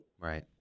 Right